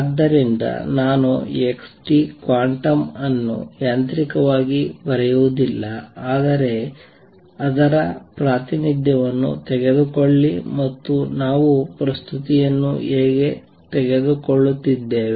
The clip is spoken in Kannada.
ಆದ್ದರಿಂದ ನಾನು x ಕ್ವಾಂಟಮ್ ಅನ್ನು ಯಾಂತ್ರಿಕವಾಗಿ ಬರೆಯುವುದಿಲ್ಲ ಆದರೆ ಅದರ ಪ್ರಾತಿನಿಧ್ಯವನ್ನು ತೆಗೆದುಕೊಳ್ಳಿ ಮತ್ತು ನಾವು ಪ್ರಸ್ತುತಿಯನ್ನು ಹೇಗೆ ತೆಗೆದುಕೊಳ್ಳುತ್ತಿದ್ದೇವೆ